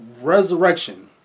resurrection